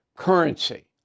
currency